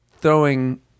throwing